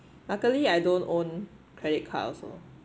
luckily I don't own credit card also